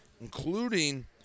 including